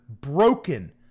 broken